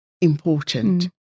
important